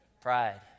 Pride